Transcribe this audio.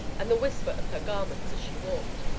and the whisper of her garments as she walked.